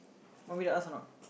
want me to ask or not